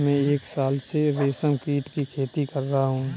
मैं एक साल से रेशमकीट की खेती कर रहा हूँ